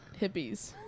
Hippies